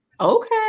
Okay